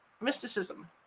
mysticism